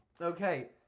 okay